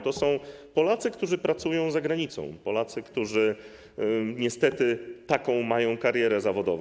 To są Polacy, którzy pracują za granicą, Polacy, którzy niestety mają taką karierę zawodową.